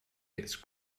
its